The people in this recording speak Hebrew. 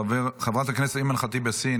חברת הכנסת אימאן ח'טיב יאסין,